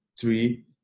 three